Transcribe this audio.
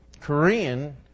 Korean